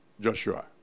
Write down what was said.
Joshua